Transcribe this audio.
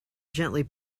gently